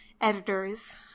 editors